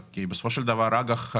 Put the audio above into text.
בסופו של דבר האג"ח,